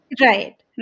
Right